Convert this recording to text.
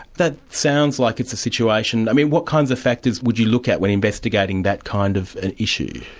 that sounds like it's a situation i mean what kinds of factors would you look at when investigating that kind of and issue?